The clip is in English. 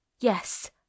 Yes